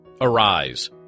Arise